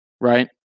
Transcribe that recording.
right